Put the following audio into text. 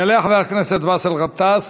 יעלה חבר הכנסת באסל גטאס,